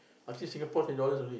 I think Singapore eight dollars only